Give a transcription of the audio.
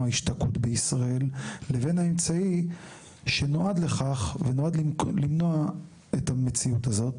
השתקעות בישראל לבין האמצעי שנועד לכך ונועד למנוע את המציאות הזאת,